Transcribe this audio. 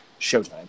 Showtime